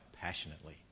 passionately